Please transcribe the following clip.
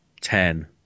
ten